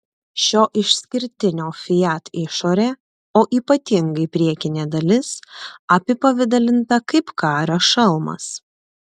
šio išskirtinio fiat išorė o ypatingai priekinė dalis apipavidalinta kaip kario šalmas